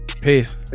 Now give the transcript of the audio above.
peace